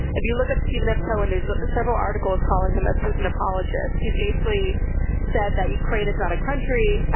if you look up stephen f. cohen there's several articles calling him a putin apologist, he's basically said that ukraine is not a country.